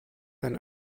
and